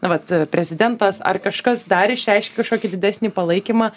na vat prezidentas ar kažkas dar išreiškia kažkokį didesnį palaikymą